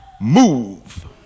move